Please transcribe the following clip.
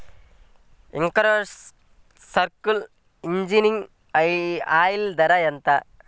Kirloskar engine oil ధర ఎంత?